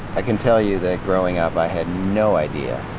i can tell you that growing up i had no idea.